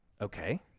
Okay